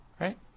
Right